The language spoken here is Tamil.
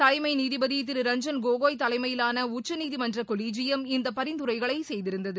தலைமை நீதிபதி திரு ரஞ்சன் கோகாய் தலைமையிலான உச்சநீதிமன்ற கொலிஜியம் இந்த பரிந்துரைகளை செய்திருந்தது